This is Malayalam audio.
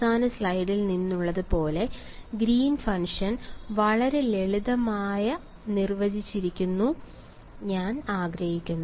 അവസാന സ്ലൈഡിൽ നിന്നുള്ളതുപോലെ ഗ്രീൻസ് ഫംഗ്ഷൻ Green's function വളരെ ലളിതമായി നിർവചിക്കാൻ ഞാൻ ആഗ്രഹിക്കുന്നു